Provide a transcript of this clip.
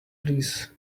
please